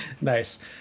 nice